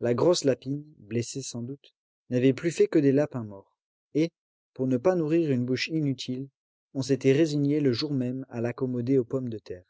la grosse lapine blessée sans doute n'avait plus fait que des lapins morts et pour ne pas nourrir une bouche inutile on s'était résigné le jour même à l'accommoder aux pommes de terre